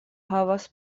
havas